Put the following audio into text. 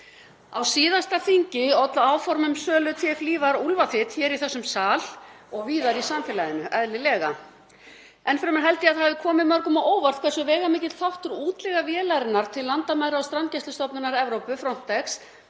Á síðasta þingi ollu áform um sölu TF-Lífar úlfaþyt í þessum sal og víðar í samfélaginu, eðlilega. Enn fremur held ég að það hafi komið mörgum á óvart hversu veigamikill þáttur útleiga vélarinnar til Landamæra- og strandgæslustofnunar Evrópu, Frontex,